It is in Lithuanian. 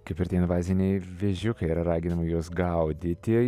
kaip ir tie invaziniai vėžiukai yra raginama juos gaudyti